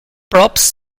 props